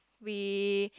we